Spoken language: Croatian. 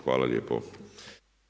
Hvala lijepo.